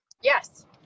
Yes